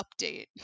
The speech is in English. update